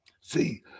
See